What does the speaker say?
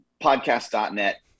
podcast.net